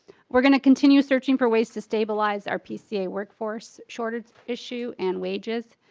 we're going to continue searching for ways to stabilize our pca workforce shortage issue and wages.